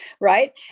right